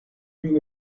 been